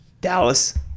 Dallas